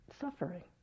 suffering